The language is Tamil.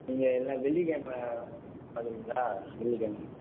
நீங்கள் என்ன வெள்ளிக்கிழம பார்க்குறீங்களா வெள்ளிக்கிழம